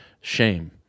shame